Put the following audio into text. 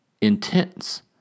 intense